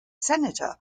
senator